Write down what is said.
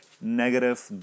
negative